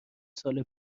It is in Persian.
سال